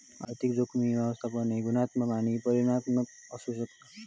आर्थिक जोखीम व्यवस्थापन हे गुणात्मक आणि परिमाणात्मक असू शकता